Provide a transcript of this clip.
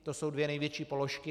To jsou dvě největší položky.